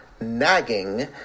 Nagging